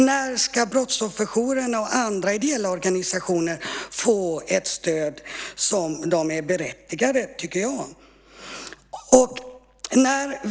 När ska brottsofferjourerna och andra ideella organisationer få ett stöd som jag tycker att de är berättigade till?